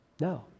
No